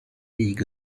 league